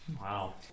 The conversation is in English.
Wow